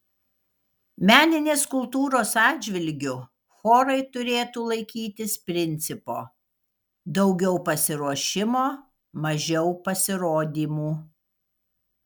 meninės kultūros atžvilgiu chorai turėtų laikytis principo daugiau pasiruošimo mažiau pasirodymų